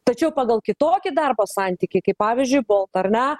tačiau pagal kitokį darbo santykį kaip pavyzdžiui bolt ar ne